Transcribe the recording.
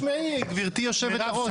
תיכף תשמעי, גבירתי היושבת-ראש.